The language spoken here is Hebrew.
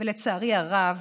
ולצערי הרב